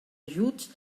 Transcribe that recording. ajuts